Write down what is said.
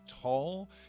tall